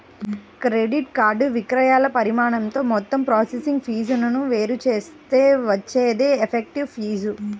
credit card విక్రయాల పరిమాణంతో మొత్తం ప్రాసెసింగ్ ఫీజులను వేరు చేస్తే వచ్చేదే ఎఫెక్టివ్ ఫీజు